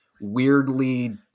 weirdly